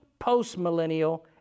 postmillennial